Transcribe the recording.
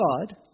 God